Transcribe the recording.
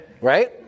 right